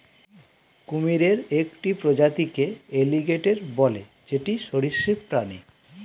কুমিরের একটি প্রজাতিকে এলিগেটের বলে যেটি সরীসৃপ প্রাণী